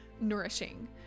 nourishing